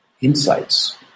insights